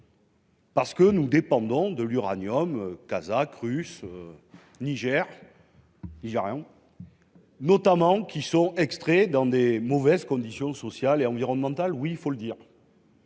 parce que nous dépendons de l'uranium kazakh, russe ou nigérien, extrait dans de mauvaises conditions sociales et environnementales. Oui, il faut le dire.